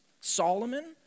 Solomon